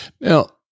Now